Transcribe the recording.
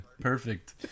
Perfect